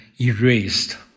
erased